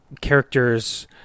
characters